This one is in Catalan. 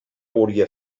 hauria